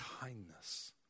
kindness